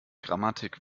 grammatik